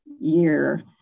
year